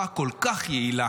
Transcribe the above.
כל כך טוב.